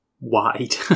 wide